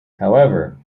however